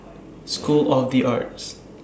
School of The Arts